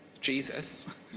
Jesus